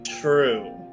true